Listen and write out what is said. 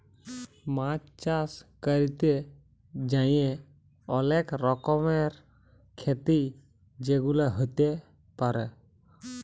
মাছ চাষ ক্যরতে যাঁয়ে অলেক রকমের খ্যতি যেগুলা হ্যতে পারে